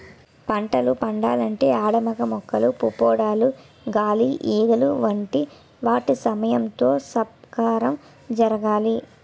పంటలు పండాలంటే ఆడ మగ మొక్కల పుప్పొడులు గాలి ఈగలు వంటి వాటి సహాయంతో సంపర్కం జరగాలి